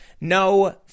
No